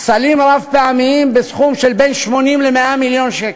סלים רב-פעמיים בסכום של בין 80 ל-100 מיליון שקל.